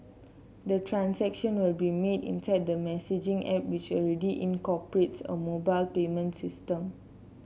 the transaction will be made inside the messaging app which already incorporates a mobile payment system